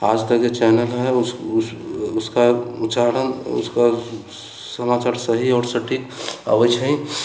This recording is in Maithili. आजतकके चैनल हइ उसका उच्चारण उसका समाचार सही आओर सटीक आबैत छै